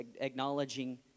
acknowledging